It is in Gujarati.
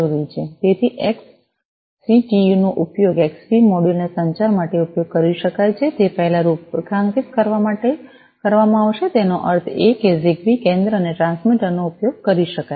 તેથી એક્સસિટિયું નો ઉપયોગ એક્સબી મોડ્યુલો ને સંચાર માટે ઉપયોગ કરી શકાય તે પહેલા રૂપરેખાંકિત કરવા માટે કરવામાં આવશે તેનો અર્થ એ કે જિગબી કેન્દ્ર અને ટ્રાન્સમીટર નો ઉપયોગ કરી શકાય છે